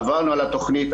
עברנו על התוכנית.